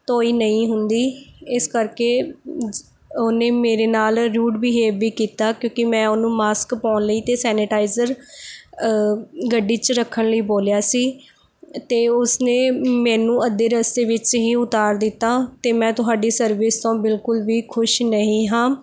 ਧੋਈ ਨਹੀਂ ਹੁੰਦੀ ਇਸ ਕਰਕੇ ਜ ਉਹਨੇ ਮੇਰੇ ਨਾਲ ਰੂਡ ਬਿਹੇਵ ਵੀ ਕੀਤਾ ਕਿਉਂਕਿ ਮੈਂ ਉਹਨੂੰ ਮਾਸਕ ਪਾਉਣ ਲਈ ਅਤੇ ਸੈਨੇਟਾਈਜ਼ਰ ਗੱਡੀ 'ਚ ਰੱਖਣ ਲਈ ਬੋਲਿਆ ਸੀ ਅਤੇ ਉਸਨੇ ਮੈਨੂੰ ਅੱਧੇ ਰਸਤੇ ਵਿੱਚ ਹੀ ਉਤਾਰ ਦਿੱਤਾ ਅਤੇ ਮੈਂ ਤੁਹਾਡੀ ਸਰਵਿਸ ਤੋਂ ਬਿਲਕੁਲ ਵੀ ਖੁਸ਼ ਨਹੀਂ ਹਾਂ